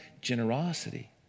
generosity